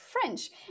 French